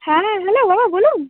হ্যাঁ হ্যালো বাবা বলুন